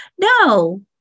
No